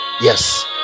Yes